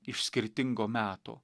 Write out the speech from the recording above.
iš skirtingo meto